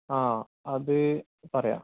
ആ അത് പറയാം